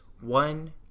One